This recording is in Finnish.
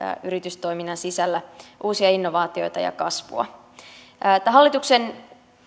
yritystoiminnan sisällä uusia innovaatioita ja kasvua tämä hallituksen